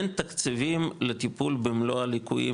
אין תקציבים לטיפול במלא הליקויים הקיימים.